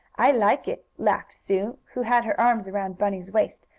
i like it! laughed sue, who had her arms around bunny's waist,